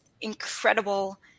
incredible